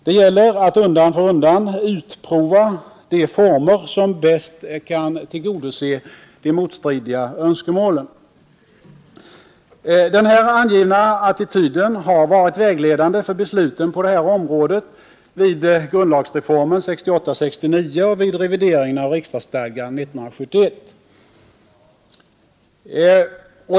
Det gäller att undan för undan utprova de former som bäst kan tillgodose de motstridiga önskemålen. Den här angivna attityden har varit vägledande för besluten på det här området vid grundlagsreformen 1968-1969 och vid revideringen av riksdagsstadgan 1971.